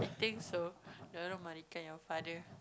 think so don't know your father